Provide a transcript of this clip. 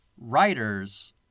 writers